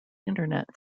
internet